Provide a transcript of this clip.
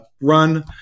run